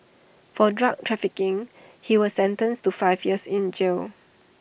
for drug trafficking he was sentenced to five years in jail